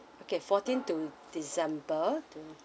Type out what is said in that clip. okay fourteen to december to